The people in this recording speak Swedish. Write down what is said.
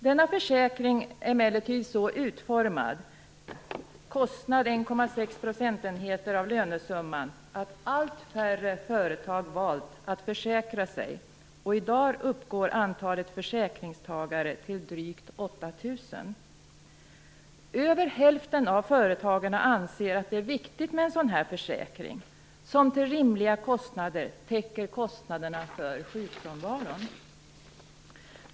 Denna försäkring är emellertid så utformad - kostnad 1,6 % av lönesumman - att allt färre företag valt att försäkra sig, och i dag uppgår antalet försäkringstagare till drygt 8 000. Över hälften av företagarna anser att det är viktigt med en försäkring som till rimliga kostnader täcker kostnaderna för sjukfrånvaron.